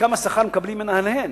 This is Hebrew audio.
בשכר שמקבלים מנהליהן.